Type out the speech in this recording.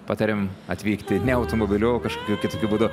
patariam atvykti ne automobiliu o kažkokiu kitokiu būdu